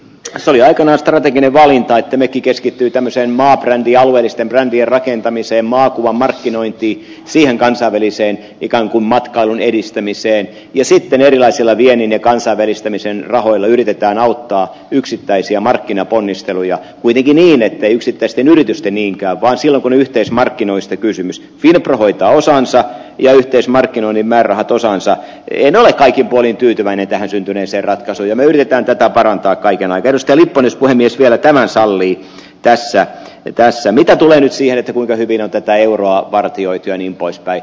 se oli aikanaan strateginen valinta ja meikkikeskittyy tämmöiseen maabrändien alueellisten brändien rakentamiseen maakuvan markkinointiin siihen kansainväliseen ikään kuin matkailun edistämiseen ja sutenöörilaisella wienin ja kansainvälistymiseen rahoilla yritetään auttaa yksittäisiä markkinaponnisteluja kuitenkin niin että yksittäisten yritysten niinkään vaan silpunyhteismarkkinoista kysymys joka hoitaa osansa ja yhteismarkkinoinnin määrärahat osansa kyllä kaikin puolin tyytyväinen tähän syntyneeseenratkaisuja mietitään tätä parantaa kaikennäköistä myös puhemies vielä tämän sallii tässä pitää se mitä tulee siihen että kuinka hyvin on tätä euroa vartioitianin poispäin